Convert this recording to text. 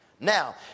Now